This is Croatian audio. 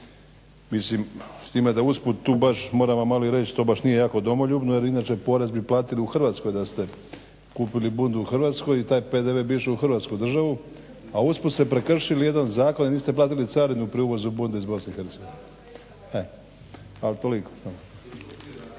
Mislim, s time da usput tu baš, moram vam malo i reći to baš nije jako domoljubno, jer inače porez bi platili u Hrvatskoj da ste kupili bundu u Hrvatskoj, i taj PDV bi išao u hrvatsku državu, a usput ste prekršili jedan zakon jer niste platili carinu pri uvozu bunde iz Bosne i Hercegovine. Toliko